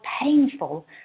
painful